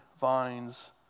vines